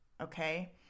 Okay